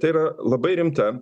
tai yra labai rimta